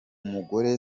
mugore